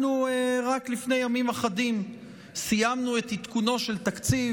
רק לפני ימים אחדים סיימנו את עדכונו של תקציב